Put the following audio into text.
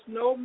no